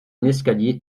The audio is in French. escalier